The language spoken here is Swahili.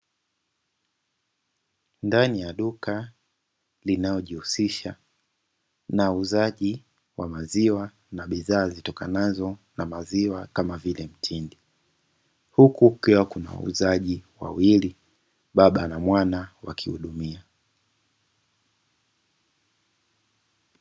Ndani ya duka linalo jihusisha na uuzaji wa maziwa na bidhaa zitokanazo na maziwa kama vile mtindi, huku kukiwa kuna wauzaji wawili (baba na mwana) wakihudumia.